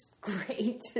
great